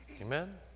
Amen